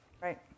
right